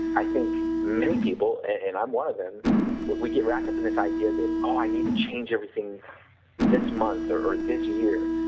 i think many people and i am one of them but we get wrapped up in this idea, that oh i need to change everything this month or or this year,